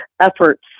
efforts